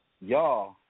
y'all